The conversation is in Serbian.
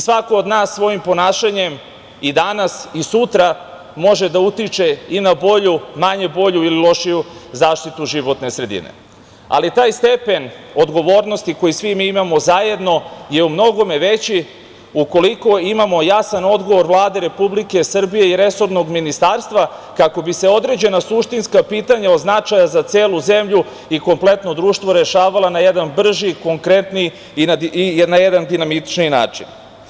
Svako od nas svojim ponašanjem i danas i sutra može da utiče i na bolju, manje bolju ili lošiju zaštitu životne sredine, ali taj stepen odgovornosti, koji svi mi imamo zajedno, je u mnogome veći ukoliko imamo jasan odgovor Vlade Republike Srbije i resornog ministarstva kako bi se određena suštinska pitanja od značaja za celu zemlju i kompletno društvo rešavala na jedan brži, konkretniji i na jedan dinamičniji način.